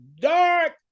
dark